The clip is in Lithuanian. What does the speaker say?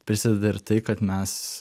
prisideda ir tai kad mes